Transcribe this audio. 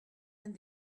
and